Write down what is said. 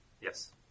Yes